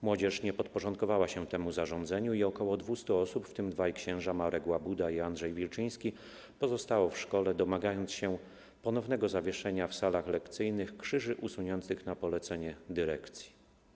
Młodzież nie podporządkowała się temu zarządzeniu i ok. 200 osób, w tym dwaj księża, Marek Łabuda i Andrzej Wilczyński, pozostało w szkole, domagając się ponownego zawieszenia w salach lekcyjnych krzyży usuniętych na polecenie dyrekcji.